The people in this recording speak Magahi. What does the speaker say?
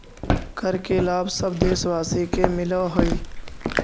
कर के लाभ सब देशवासी के मिलऽ हइ